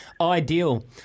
Ideal